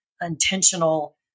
intentional